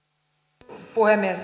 arvoisa puhemies